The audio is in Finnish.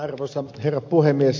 arvoisa herra puhemies